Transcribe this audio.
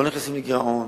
לא נכנסים לגירעון,